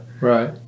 right